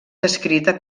descrita